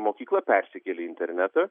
mokykla persikėlė į internetą